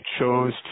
chose